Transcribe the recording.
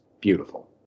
beautiful